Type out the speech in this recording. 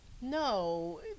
no